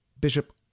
Bishop